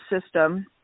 system